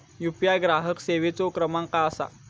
UPI ग्राहक सेवेचो क्रमांक काय असा?